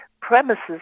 premises